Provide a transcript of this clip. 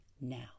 Now